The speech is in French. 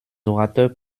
orateurs